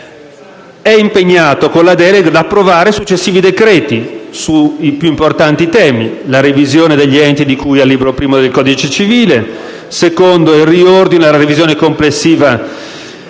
è impegnato con la delega ad approvare i successivi decreti sui più importanti temi: la revisione degli enti di cui al libro I del codice civile; il riordino e la revisione complessiva